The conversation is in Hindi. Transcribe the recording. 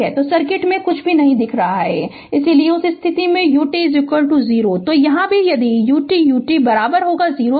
तो सर्किट में कुछ भी नहीं दिख रहा है इसलिए उस स्थिति में ut 0 तो यहाँ भी यदि utut 0 है